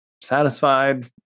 satisfied